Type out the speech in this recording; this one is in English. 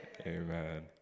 Amen